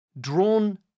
drawn